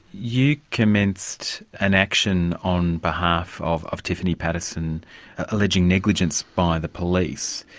you commenced an action on behalf of of tiffany paterson alleging negligence by the police.